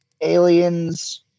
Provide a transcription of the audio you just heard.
aliens